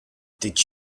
did